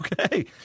Okay